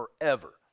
forever